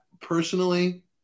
personally